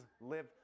Live